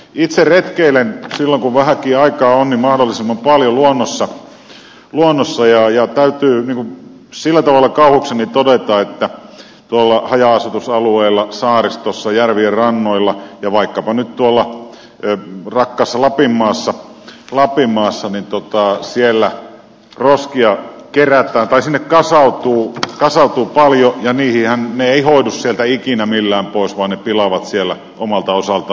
itse retkeilen silloin kun vähänkin aikaa on mahdollisimman paljon luonnossa ja täytyy sillä tavalla kauhukseni todeta että tuonne haja asutusalueille saaristoon järvien rannoille ja vaikkapa nyt tulla red dragas lapin maassa lapin maassa tuonne rakkaaseen lapinmaahan roskia kasautuu paljon ja ne eivät hoidu sieltä ikinä millään pois vaan ne pilaavat siellä omalta osaltaan luontoa